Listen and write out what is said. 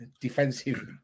defensive